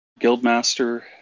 Guildmaster